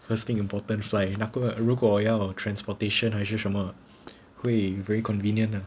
first thing important fly 如果要 transporation 还是什么会很 convenient lah